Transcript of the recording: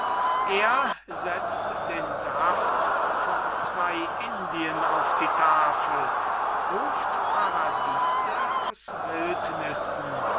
er setzt den saft von zwei indien auf die tafel ruft paradiese aus